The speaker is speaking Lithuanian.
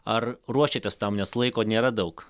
ar ruošėtės tam nes laiko nėra daug